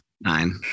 Nine